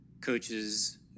coaches